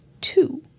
two